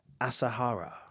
Asahara